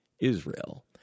Israel